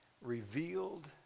revealed